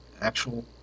actual